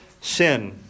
sin